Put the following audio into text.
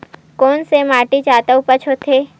कोन से माटी जादा उपजाऊ होथे?